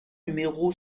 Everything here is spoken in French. numéro